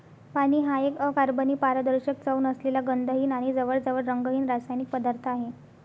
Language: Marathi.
पाणी हा एक अकार्बनी, पारदर्शक, चव नसलेला, गंधहीन आणि जवळजवळ रंगहीन रासायनिक पदार्थ आहे